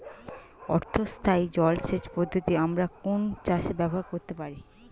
অর্ধ স্থায়ী জলসেচ পদ্ধতি আমরা কোন চাষে ব্যবহার করতে পারি?